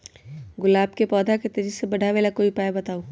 गुलाब के पौधा के तेजी से बढ़ावे ला कोई उपाये बताउ?